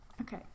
Okay